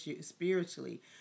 spiritually